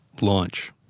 Launch